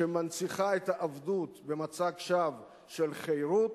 שמנציחה את העבדות במצג שווא של חירות,